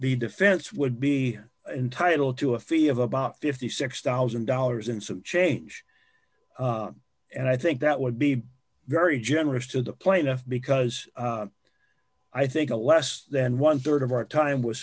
the defense would be entitled to a fee of about fifty six thousand dollars and some change and i think that would be very generous to the plaintiff because i think a less than one rd of our time was